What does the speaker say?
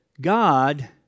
God